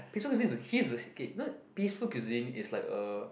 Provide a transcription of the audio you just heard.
peaceful cuisine he's a okay you know peaceful cuisine is like a